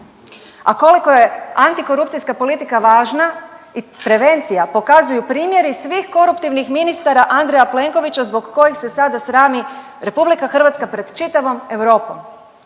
A koliko je antikorupcijska politika važna i prevencija pokazuju primjeri svih koruptivnih ministara Andreja Plenkovića zbog kojih se sada srami RH pred čitavom Europom.